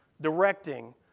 directing